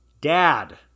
Dad